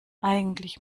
eigentlich